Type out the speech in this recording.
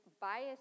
bias